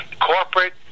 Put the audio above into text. Corporate